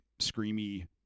screamy